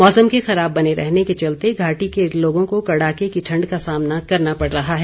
मौसम के खराब बने रहने के चलते घाटी के लोगों को कड़ाके की ठंड का सामना करना पड़ रहा है